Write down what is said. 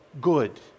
good